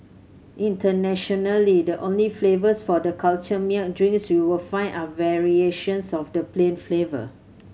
internationally the only flavours for the cultured milk drinks you will find are variations of the plain flavour